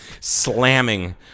slamming